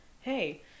hey